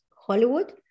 Hollywood